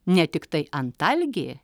ne tiktai antalgė